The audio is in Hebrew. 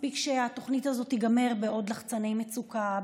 מספיק שהתוכנית הזאת תיגמר בעוד לחצני מצוקה,